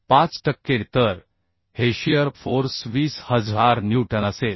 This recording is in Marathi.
5 टक्के तर हे शियर फोर्स 20000 न्यूटन असेल